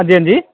अंजी अंजी